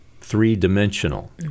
three-dimensional